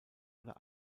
oder